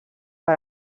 per